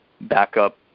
backup